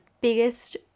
biggest